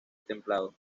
templado